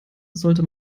sollte